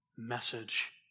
message